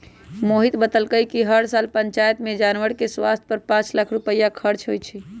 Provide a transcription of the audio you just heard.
मोहित बतलकई कि हर साल पंचायत में जानवर के स्वास्थ पर पांच लाख रुपईया खर्च होई छई